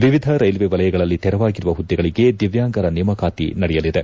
ವಿವಿಧ ರೈಲ್ವೆ ವಲಯಗಳಲ್ಲಿ ತೆರವಾಗಿರುವ ಹುದ್ದೆಗಳಿಗೆ ದಿವ್ಕಾಂಗರ ನೇಮಕಾತಿ ನಡೆಯಲಿದೆ